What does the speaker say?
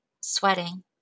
sweating